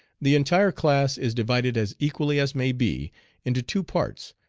the entire class is divided as equally as may be into two parts,